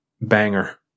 banger